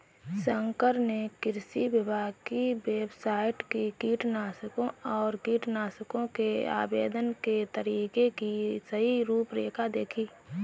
शंकर ने कृषि विभाग की वेबसाइट से कीटनाशकों और कीटनाशकों के आवेदन के तरीके की सही रूपरेखा देखी